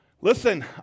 listen